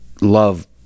love